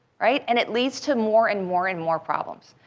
right? and it leads to more and more and more problems.